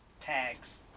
tags